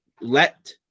Let